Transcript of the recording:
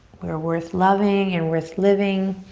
we're worth loving and worth living